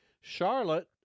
Charlotte